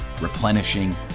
replenishing